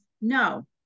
no